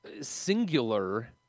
singular